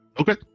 Okay